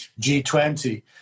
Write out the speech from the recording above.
G20